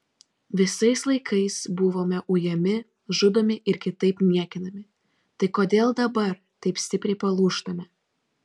visais laikais buvome ujami žudomi ir kitaip niekinami tai kodėl dabar taip stipriai palūžtame